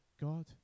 God